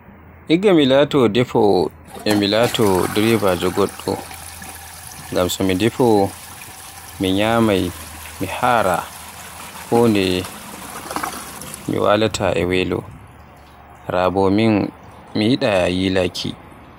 Igga mi laato defowo e mi laato direbaajo goddo, ngam so defowo min nyamay mi haara, raa bo min mi yiɗa yilaaki.